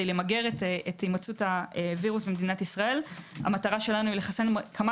למגר את הימצאות הווירוס במדינת ישראל המטרה שלנו היא לחסן כמה